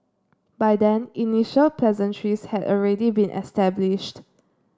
by then initial pleasantries had already been established